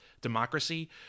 democracy